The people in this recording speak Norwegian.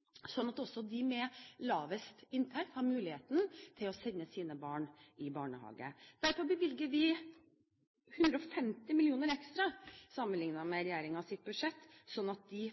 sånn skal det være. Høyre mener at det er grunnlag for å heve maksimumssatsen noe og heller innføre inntektsgradert foreldrebetaling, slik at også de med lavest inntekt har muligheten til å sende sine barn i barnehage. Derfor bevilger vi 150 mill. kr ekstra sammenlignet med regjeringens budsjett, slik at de